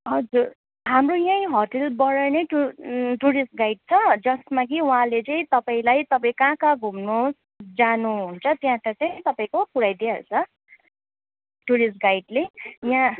हजुर हाम्रो यही होटेलबाट नै टुर टुरिस्ट गाइड छ जसमा कि उहाँले चाहिँ तपाईँलाई तपाईँ कहाँ कहाँ घुम्नु जानु हुन्छ त्यहाँ त्यहाँ तैँ तपाईँको पुर्याई दिइहाल्छ टुरिस्ट गाइडले यहाँ